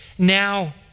now